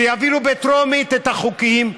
שיעבירו בטרומית את החוקים.